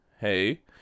hey